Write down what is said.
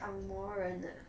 ang moh 人 ah